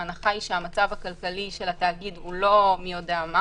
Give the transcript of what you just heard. ההנחה היא שהמצב הכלכלי של התאגיד הוא לא מי יודע מה